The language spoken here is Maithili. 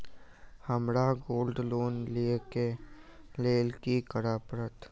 हमरा गोल्ड लोन लिय केँ लेल की करऽ पड़त?